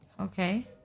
Okay